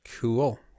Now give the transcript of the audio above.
Cool